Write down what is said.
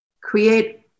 Create